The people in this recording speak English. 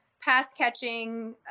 pass-catching